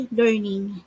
learning